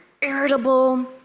irritable